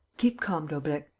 keep calm, daubrecq.